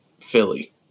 Philly